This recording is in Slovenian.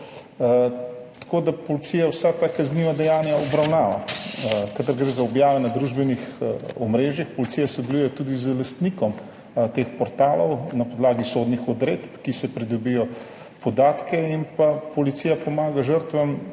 Tako da policija vsa ta kazniva dejanja obravnava. Kadar gre za objave na družbenih omrežjih, policija sodeluje tudi z lastnikom teh portalov na podlagi sodnih odredb, s katerimi se pridobijo podatki, in policija pomaga žrtvam